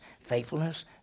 faithfulness